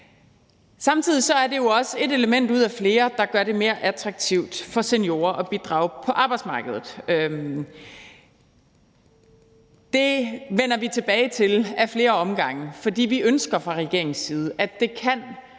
Samtidig er det jo også et element ud af flere, der gør det mere attraktivt for seniorer at bidrage på arbejdsmarkedet. Det vender vi tilbage til ad flere omgange. For vi ønsker fra regeringens side, at det kan